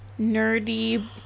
nerdy